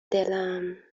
دلم